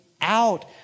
out